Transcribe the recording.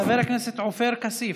חבר הכנסת עופר כסיף.